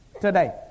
today